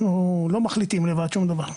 אנחנו לא מחליטים לבד שום דבר.